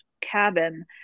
cabin